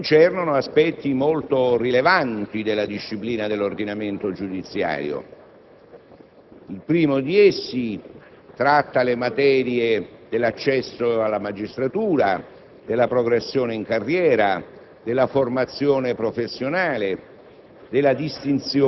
concernono aspetti molto rilevanti della disciplina dell'ordinamento giudiziario. Il primo di essi tratta le materie dell'accesso alla magistratura, della progressione in carriera, della formazione professionale,